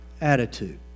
attitude